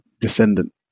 descendant